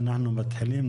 לפני שאנחנו מתחילים,